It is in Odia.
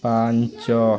ପାଞ୍ଚ